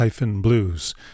Blues